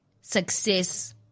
success